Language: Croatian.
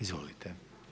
Izvolite.